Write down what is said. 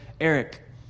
Eric